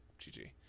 GG